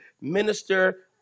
minister